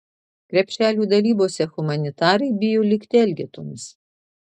krepšelių dalybose humanitarai bijo likti elgetomis